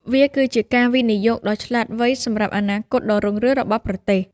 វាគឺជាការវិនិយោគដ៏ឆ្លាតវៃសម្រាប់អនាគតដ៏រុងរឿងរបស់ប្រទេស។